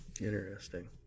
Interesting